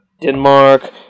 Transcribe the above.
Denmark